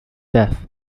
death